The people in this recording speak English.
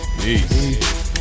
peace